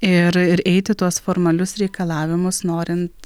ir ir eiti tuos formalius reikalavimus norint